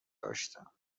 داشتم